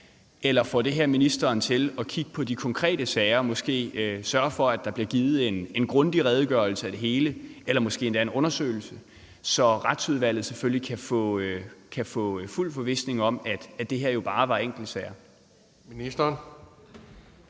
Eller får det her ministeren til at kigge på de konkrete sager og måske sørge for, at der bliver givet en grundig redegørelse af det hele eller måske foretaget en undersøgelse, så Retsudvalget kan få fuld forvisning om, at det her jo bare var enkeltsager? Kl.